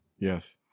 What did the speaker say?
Yes